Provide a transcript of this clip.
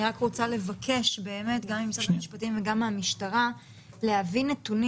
אני רוצה לבקש גם ממשרד המשפטים וגם מן המשטרה להביא נתונים.